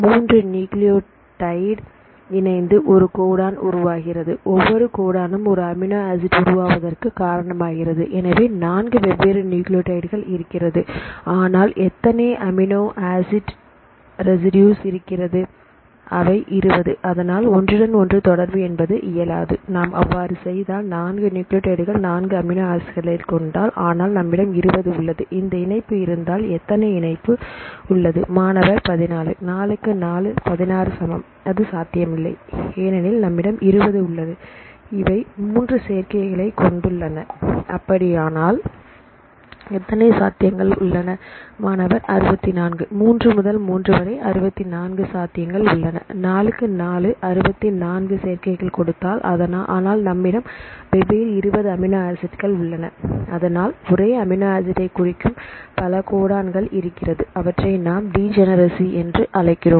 3 nucleotide இணைந்து ஒரு codon உருவாகிறது ஒவ்வொரு கோடானும் ஒரு அமினோ ஆசிட் உருவாவதற்கு காரணமாகிறது எனவே 4 வெவ்வேறு நியூக்ளியோடைடு கள் இருக்கிறது ஆனால் எத்தனை அமினோ ஆசிட் ரிசிடுஸ் இருக்கிறது அவை 20 அதனால் ஒன்றுடன் ஒன்று தொடர்பு என்பது இயலாது நாம் அவ்வாறு செய்தால் நான்கு நியூக்ளியோடைடு கள் 4 அமினோ ஆசிட் களை கொண்டாள் ஆனால் நம்மிடம் 20 உள்ளது இந்த இணைப்பு இருந்தால் எத்தனை இணைப்பு உள்ளது மாணவர் 16 நாளுக்கு நாலு 16 சமம் அது சாத்தியமில்லை ஏனெனில் நம்மிடம் 20 உள்ளது இவை 3 சேர்க்கைகளை கொண்டுள்ளன அப்படியானால் எத்தனை சாத்தியங்கள் உள்ளன மாணவர் 64 3 முதல் 3 வரை 64 சாத்தியங்கள் உள்ளன நாளுக்கு நாலு 64 சேர்க்கைகள் கொடுத்தாள் ஆனால் நம்மிடம் வெவ்வேறு இருபது அமினோ ஆசிட்கள் உள்ளன அதனால் ஒரே அமினோ ஆசிட் குறிக்கும் பல கோடான கள்இருக்கிறது அவற்றை நாம் டிஜனரசி என்று அழைக்கிறோம்